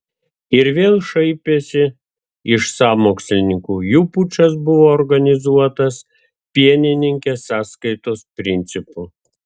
ir vėl šaipėsi iš sąmokslininkų jų pučas buvo organizuotas pienininkės sąskaitos principu